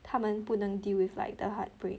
他们不能 deal with like the heartbreak